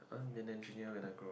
I want be an engineer when I grow up